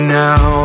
now